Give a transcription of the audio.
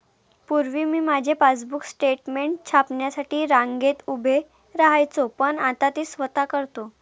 पूर्वी मी माझे पासबुक स्टेटमेंट छापण्यासाठी रांगेत उभे राहायचो पण आता ते स्वतः करतो